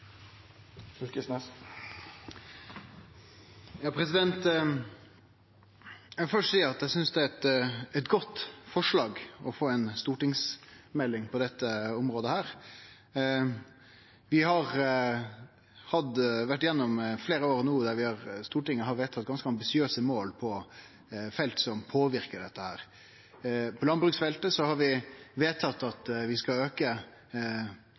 Eg vil først seie at eg synest det er eit godt forslag å få ei stortingsmelding på dette området. Vi har vore gjennom fleire år no der Stortinget har vedtatt ganske ambisiøse mål på felt som påverkar dette. På landbruksfeltet har vi vedtatt at vi skal auke